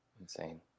Insane